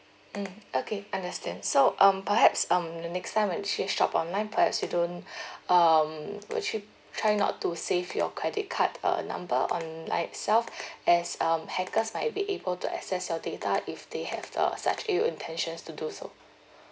mm okay understand so um perhaps um the next time when actually shop online perhaps you don't um actually try not to save your credit card uh number on like itself as um hackers might be able to access your data if they have uh such ill intentions to do so